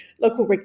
local